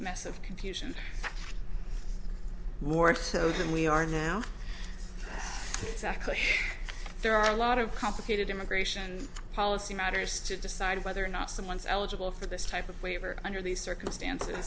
mess of confusion more so than we are now it's actually there are a lot of complicated immigration policy matters to decide whether or not someone's eligible for this type of waiver under these circumstances